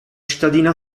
cittadina